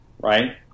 right